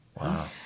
Wow